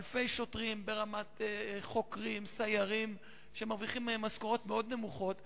אלפי שוטרים ברמת חוקרים וסיירים מרוויחים משכורות נמוכות מאוד.